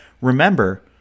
remember